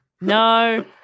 no